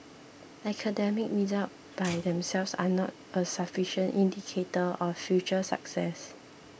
academic results by themselves are not a sufficient indicator of future success